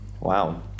Wow